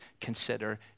consider